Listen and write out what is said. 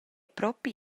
propi